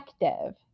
effective